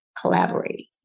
Collaborate